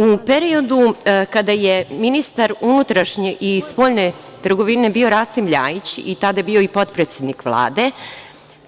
U periodu kada je ministar unutrašnje i spoljne trgovine bio Rasim LJajić i tada je bio i potpredsednik Vlade,